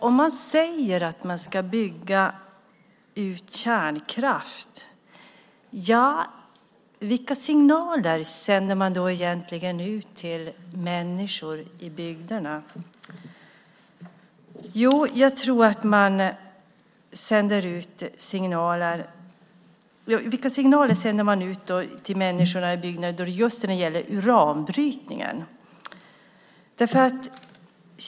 Om man säger att man ska bygga ut kärnkraften, vilka signaler sänder man då egentligen ut till människor i bygderna när det gäller just uranbrytningen?